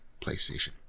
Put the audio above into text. PlayStation